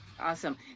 Awesome